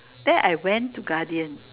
then I went to Guardian